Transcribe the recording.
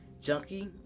Junkie